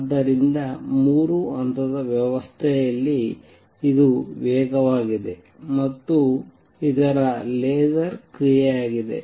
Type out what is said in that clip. ಆದ್ದರಿಂದ ಮೂರು ಹಂತದ ವ್ಯವಸ್ಥೆಯಲ್ಲಿ ಇದು ವೇಗವಾಗಿದೆ ಮತ್ತು ಇದು ಲೇಸರ್ ಕ್ರಿಯೆಯಾಗಿದೆ